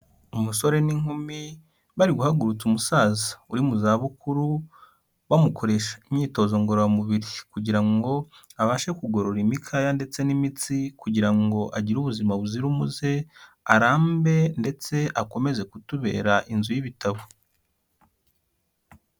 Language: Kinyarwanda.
Umusore n'inkumi bari guhagurutsa umusaza uri mu zabukuru, bamukoresha imyitozo ngororamubiri kugira ngo abashe kugorora imikaya ndetse n'imitsi kugira ngo agire ubuzima buzira umuze, arambe ndetse akomeze kutubera inzu y'ibitabo.